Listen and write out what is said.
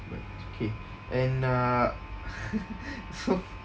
but it's okay and uh so